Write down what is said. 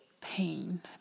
pain